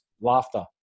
laughter